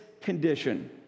condition